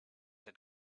had